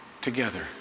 together